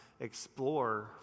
explore